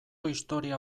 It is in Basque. historia